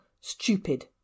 stupid